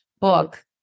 book